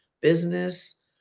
business